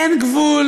אין גבול